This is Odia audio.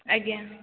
ଆଜ୍ଞା